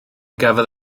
gafodd